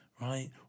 right